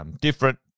Different